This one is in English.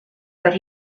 but